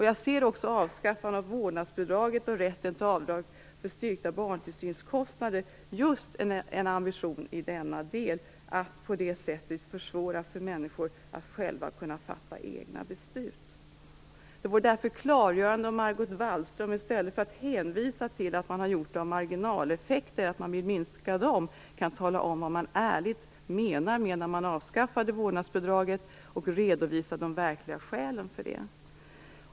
Jag ser också i avskaffandet av vårdnadsbidraget och av rätten till avdrag för styrkta barntillsynskostnader just en ambition att försvåra för människor att själva fatta egna beslut. Det vore därför klargörande om Margot Wallström i stället för att hänvisa till att man har avskaffat vårdnadsbidraget för att man vill minska marginaleffekterna ärligt kunde tala om vad man menade med att göra det, och redovisa de verkliga skälen.